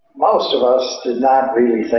most of us did not really think